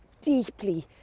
deeply